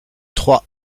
trois